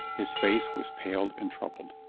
his face was paled and troubled.